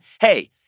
Hey